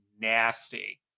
nasty